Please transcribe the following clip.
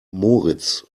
moritz